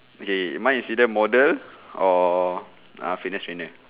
okay mine is either model or uh fitness trainer